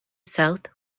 south